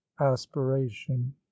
aspiration